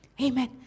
Amen